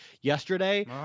yesterday